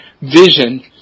vision